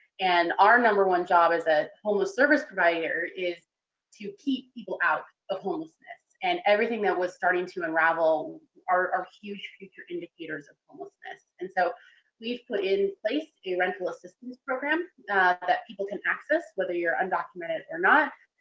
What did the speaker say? and our number one job as a homeless service provider is to keep people out of homelessness. and everything that was starting to unravel are huge future indicators of homelessness. and so we've put in place a rental assistance program that people can access, whether you're undocumented or not,